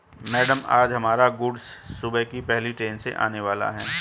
madam आज हमारा goods सुबह की पहली ट्रैन से आने वाला है